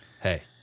hey